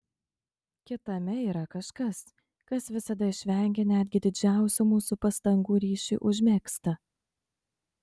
kitame yra kažkas kas visada išvengia netgi didžiausių mūsų pastangų ryšiui užmegzti